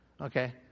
Okay